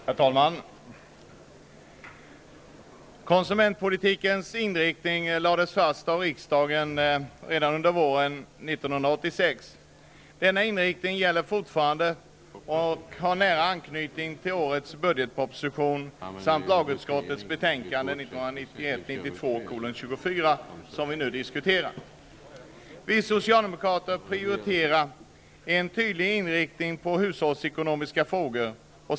Herr talman! Konsumentpolitikens inriktning lades fast av riksdagen redan under våren 1986. Denna inriktning gäller fortfarande och har nära anknytning till årets budgetproposition samt lagutskottets betänkande 1991/92:24 som vi nu diskuterar. Vi socialdemokrater prioriterar en tydlig inriktning på hushållsekonomiska frågor.